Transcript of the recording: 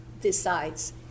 decides